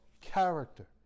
character